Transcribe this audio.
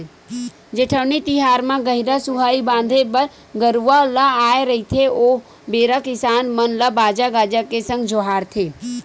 जेठउनी तिहार म गहिरा सुहाई बांधे बर गरूवा ल आय रहिथे ओ बेरा किसान मन ल बाजा गाजा के संग जोहारथे